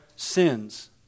sins